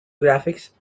graphics